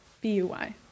B-U-Y